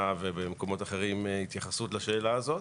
ובמקומות אחרים התייחסות לשאלה הזאת.